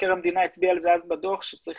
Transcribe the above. מבקר המדינה הצביע על זה אז בדוח שצריך